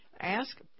ask